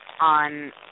on